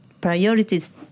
priorities